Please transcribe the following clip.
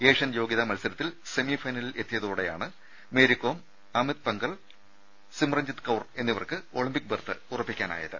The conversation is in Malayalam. ഏഷ്യൻ യോഗൃതാ മത്സരത്തിൽ സെമിഫൈനലിലെത്തിയതോടെയാണ് മേരികോം അമിത് പങ്കൽ സിമ്രൻജിത്ത് കൌർ എന്നിവർക്ക് ഒളിംമ്പിക് ബർത്ത് ഉറപ്പിക്കാനായത്